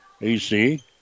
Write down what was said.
AC